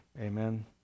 Amen